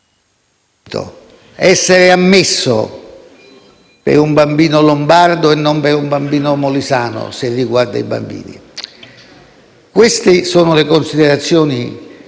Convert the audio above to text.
essere ammesso per un bambino lombardo e non per un bambino molisano, se riguarda i bambini. Queste sono le considerazioni,